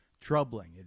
troubling